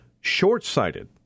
short-sighted